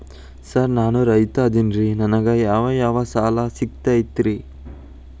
Sir ನಾನು ರೈತ ಅದೆನ್ರಿ ನನಗ ಯಾವ್ ಯಾವ್ ಸಾಲಾ ಸಿಗ್ತೈತ್ರಿ?